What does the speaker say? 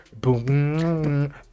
boom